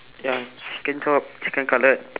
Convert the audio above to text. ya chicken chop chicken cutlet